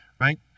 right